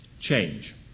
Change